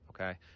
okay